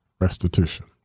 restitution